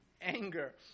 anger